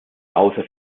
außer